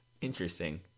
Interesting